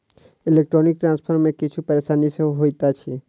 electronic transfer मे किछु परेशानी सेहो होइत अछि